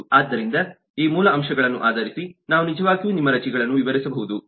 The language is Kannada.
ಆದ್ದರಿಂದ ಈ ಮೂಲ ಅಂಶಗಳನ್ನು ಆಧರಿಸಿ ನಾವು ನಿಜವಾಗಿಯೂ ನಿಮ್ಮ ರಜೆಗಳನ್ನು ವಿವರಿಸಬಹುದು